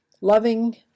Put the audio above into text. loving